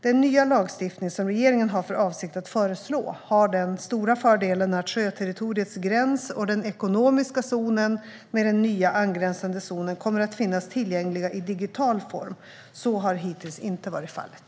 Den nya lagstiftning som regeringen har för avsikt att föreslå har den stora fördelen att sjöterritoriets gräns och den ekonomiska zonen med den nya angränsande zonen kommer att finnas tillgängliga i digital form. Så har hittills inte varit fallet.